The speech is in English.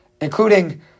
including